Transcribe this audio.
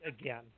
again